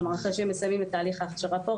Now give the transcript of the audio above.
אחרי שהם מסיימים את תהליך ההכשרה פה,